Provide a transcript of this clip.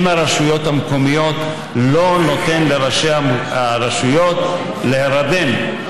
עם הרשויות המקומיות לא נותן לראשי הרשויות להירדם.